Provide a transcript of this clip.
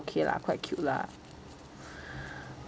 okay lah quite cute lah